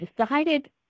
decided